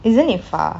isn't it far